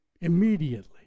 immediately